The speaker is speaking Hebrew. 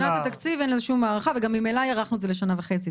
בשנת התקציב אין לזה תוספת וגם ממילא הארכנו את זה לשנה וחצי.